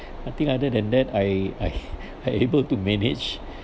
I think other than that I I I able to manage